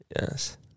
Yes